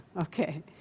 okay